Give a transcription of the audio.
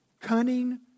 Cunning